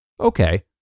okay